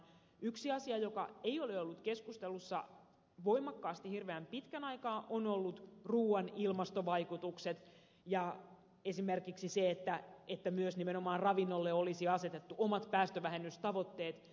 yksi asia joka ei ole ollut keskustelussa voimakkaasti hirveän pitkän aikaa on ollut ruuan ilmastovaikutukset ja esimerkiksi se että myös nimenomaan ravinnolle olisi asetettu omat päästövähennystavoitteet